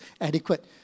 adequate